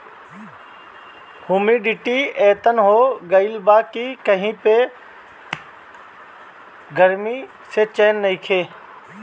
humidity एतना हो गइल बा कि कही पे गरमी से चैन नइखे